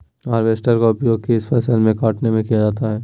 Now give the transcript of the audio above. Harvester का उपयोग किस फसल को कटने में किया जाता है?